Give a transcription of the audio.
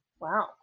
Wow